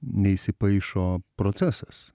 neįsipaišo procesas